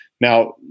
Now